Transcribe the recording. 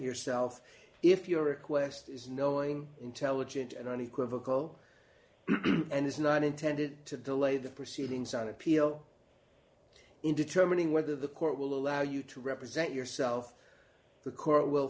yourself if your request is knowing intelligent and unequivocal and is not intended to delay the proceedings on appeal in determining whether the court will allow you to represent yourself the court